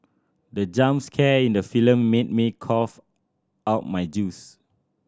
the jump scare in the film made me cough out my juice